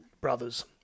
brothers